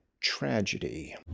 Tragedy